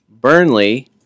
Burnley